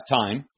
time